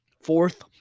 Fourth